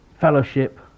fellowship